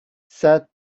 said